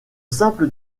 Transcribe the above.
simple